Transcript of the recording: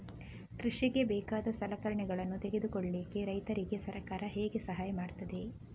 ಕೃಷಿಗೆ ಬೇಕಾದ ಸಲಕರಣೆಗಳನ್ನು ತೆಗೆದುಕೊಳ್ಳಿಕೆ ರೈತರಿಗೆ ಸರ್ಕಾರ ಹೇಗೆ ಸಹಾಯ ಮಾಡ್ತದೆ?